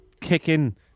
kicking